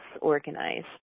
organized